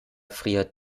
friert